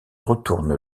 retourne